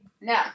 No